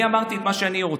אני אמרתי את מה שאני רוצה,